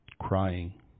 crying